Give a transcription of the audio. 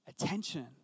attention